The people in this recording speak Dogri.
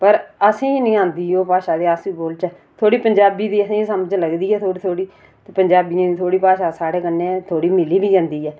पर असेंगी इन्नी आंदी भाषा ते अस बोलचै थोह्ड़ी पंजाबी दी असेंगी समझ लगदी ऐ थोह्ड़ी थोह्ड़ी पंजाबियें दी थोह्ड़ी भाषा साढ़े कन्नै थोह्ड़ी मिली बी जंदी ऐ